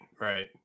right